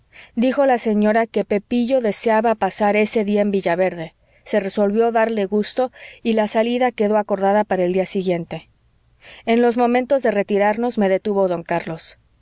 dijo la señora que pepillo deseaba pasar ese día en villaverde se resolvió darle gusto y la salida quedó acordada para el día siguiente en los momentos de retirarnos me detuvo don carlos